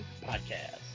Podcast